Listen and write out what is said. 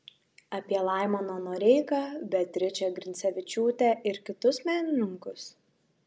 apie laimoną noreiką beatričę grincevičiūtę ir kitus menininkus